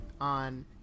on